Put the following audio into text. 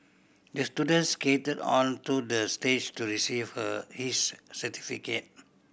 the student skated onto the stage to receive her his certificate